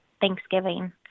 Thanksgiving